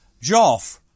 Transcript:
Joff